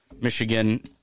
Michigan